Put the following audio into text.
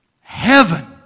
heaven